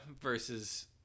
versus